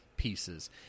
pieces